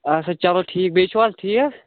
اسا چلو ٹھیٖک بییٚہِ چھُو حظ ٹھیٖک